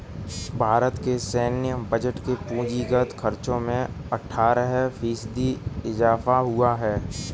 भारत के सैन्य बजट के पूंजीगत खर्चो में अट्ठारह फ़ीसदी इज़ाफ़ा हुआ है